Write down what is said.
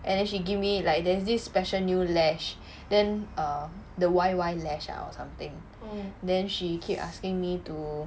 and then she give me like there's this special new lash then uh the Y_Y lash ah or something then she keep asking me to